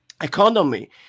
economy